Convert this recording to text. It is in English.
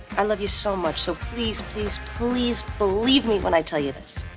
and love you so much so please, please, please believe me when i tell you this.